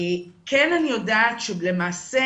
כן אני יודעת שלמעשה